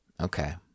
Okay